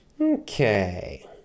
Okay